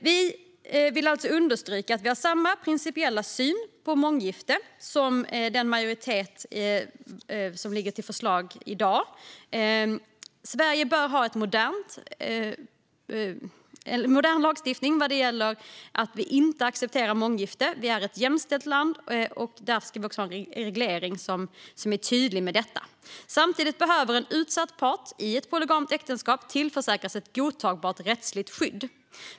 Vi vill alltså understryka att vi har samma principiella syn på månggifte som den majoritet som står bakom förslaget i dag. Sverige bör ha en modern lagstiftning när det gäller att vi inte accepterar månggifte. Vi är ett jämställt land, och därför ska vi ha en reglering som är tydlig med detta. Samtidigt behöver en utsatt part i ett polygamt äktenskap tillförsäkras ett godtagbart rättsligt skydd.